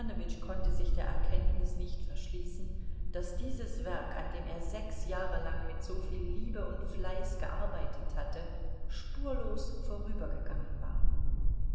konnte sich der erkenntnis nicht verschließen daß dieses werk an dem er sechs jahre lang mit soviel liebe und fleiß gearbeitet hatte spurlos vorübergegangen war